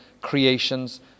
creations